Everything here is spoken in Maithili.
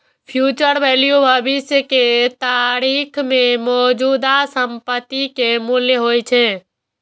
फ्यूचर वैल्यू भविष्य के तारीख मे मौजूदा संपत्ति के मूल्य होइ छै